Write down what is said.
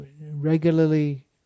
regularly